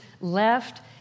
left